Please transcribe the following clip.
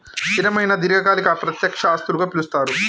స్థిరమైన దీర్ఘకాలిక ప్రత్యక్ష ఆస్తులుగా పిలుస్తరు